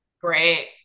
great